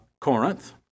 Corinth